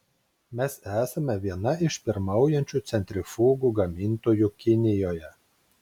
mes esame viena iš pirmaujančių centrifugų gamintojų kinijoje